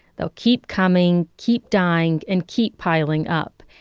they'll keep coming, keep dying, and keep piling up.